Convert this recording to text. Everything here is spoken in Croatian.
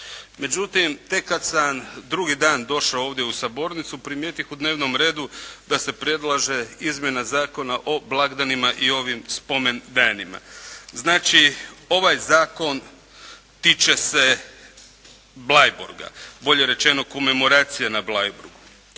Međutim, tek kada sam drugi dan došao ovdje u Sabornicu, primijetih na dnevnom redu da se predlaže Izmjena Zakona o blagdanima i ovim spomendanima. Znači, ovaj zakon tiče se Bleiburga, bolje rečeno komemoracija na Bleiburgu.